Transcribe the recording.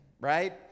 right